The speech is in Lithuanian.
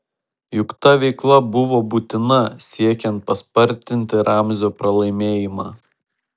juk ta veikla buvo būtina siekiant paspartinti ramzio pralaimėjimą